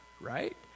right